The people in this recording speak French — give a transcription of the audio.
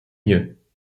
mieux